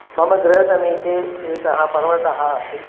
मम गृहसमीपे एकः पर्वतः अस्ति